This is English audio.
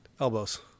Elbows